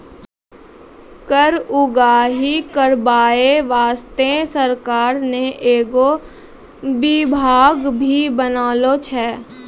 कर उगाही करबाय बासतें सरकार ने एगो बिभाग भी बनालो छै